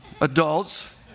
adults